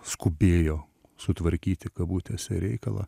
skubėjo sutvarkyti kabutėse reikalą